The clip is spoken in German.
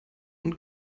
und